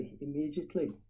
immediately